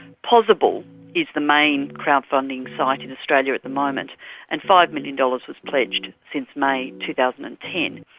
pozible is the main crowd funding site in australia at the moment and five million dollars was pledged since may two thousand and ten.